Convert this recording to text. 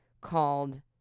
called